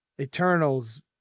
Eternals